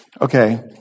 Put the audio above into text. Okay